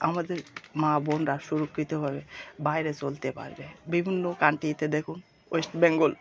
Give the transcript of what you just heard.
আমাদের মা বোনরা সুরক্ষিতভাবে বাইরে চলতে পারবে বিভিন্ন কান্ট্রিতে দেখুন ওয়েস্ট বেঙ্গল